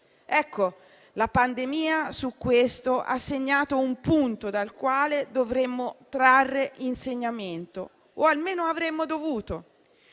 Ecco, la pandemia su questo ha segnato un punto dal quale dovremmo trarre insegnamento o almeno avremmo dovuto: